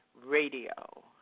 Radio